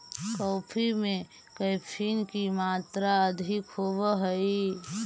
coffee में caffeine की मात्रा अधिक होवअ हई